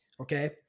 Okay